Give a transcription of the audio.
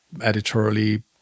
editorially